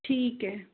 ठीक है